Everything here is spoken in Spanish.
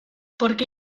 porque